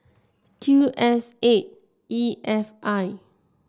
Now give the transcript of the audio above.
Q S eight E F I